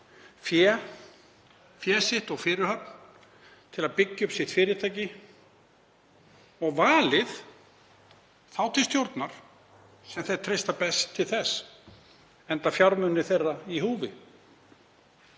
fé sitt og fyrirhöfn í að byggja upp sitt fyrirtæki og valið þá til stjórnar sem þeir treysta best til þess enda þeirra eigin